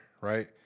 right